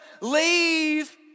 leave